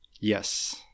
Yes